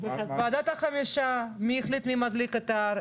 ועדת החמישה, מי החליט מי מדליק באתר?